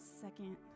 second